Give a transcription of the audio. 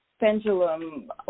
pendulum